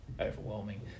overwhelming